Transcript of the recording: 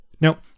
Now